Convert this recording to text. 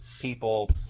people